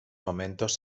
momentos